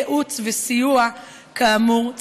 ייעוץ וסיוע כאמור,